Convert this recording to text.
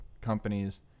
companies